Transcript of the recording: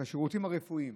שירותים רפואיים,